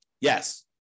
Yes